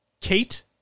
Kate